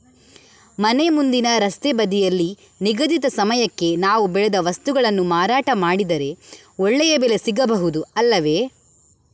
ಮನೆ ಮುಂದಿನ ರಸ್ತೆ ಬದಿಯಲ್ಲಿ ನಿಗದಿತ ಸಮಯಕ್ಕೆ ನಾವು ಬೆಳೆದ ವಸ್ತುಗಳನ್ನು ಮಾರಾಟ ಮಾಡಿದರೆ ಒಳ್ಳೆಯ ಬೆಲೆ ಸಿಗಬಹುದು ಅಲ್ಲವೇ?